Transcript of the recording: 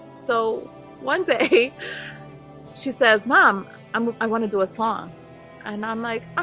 so one day she says mom um i want to do a so um and i'm like. ah